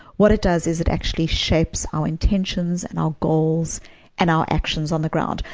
what it does is it actually shapes our intentions and our goals and our actions on the ground.